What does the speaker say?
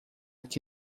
que